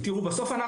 אבל בסוף,